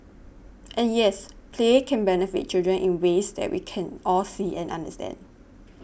and yes play can benefit children in ways that we can all see and understand